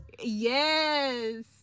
Yes